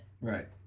Right